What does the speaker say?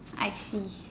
I see